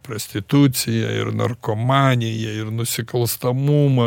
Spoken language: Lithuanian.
prostituciją ir narkomaniją ir nusikalstamumą